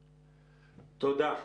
תודה.